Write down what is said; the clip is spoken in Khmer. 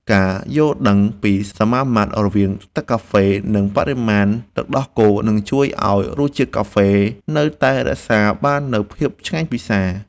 ការយល់ដឹងពីសមាមាត្ររវាងទឹកកាហ្វេ និងបរិមាណទឹកដោះគោនឹងជួយឱ្យរសជាតិកាហ្វេនៅតែរក្សាបាននូវភាពឆ្ងាញ់ពិសា។